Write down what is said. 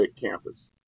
campus